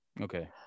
okay